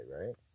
right